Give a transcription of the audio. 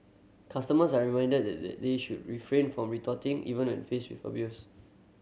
customers are reminded that they they should refrain from retorting even when faced with abuse